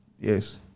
Yes